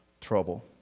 trouble